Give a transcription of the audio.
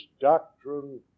doctrine